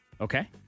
Okay